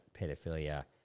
pedophilia